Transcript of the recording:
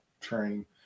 train